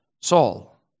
Saul